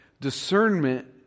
discernment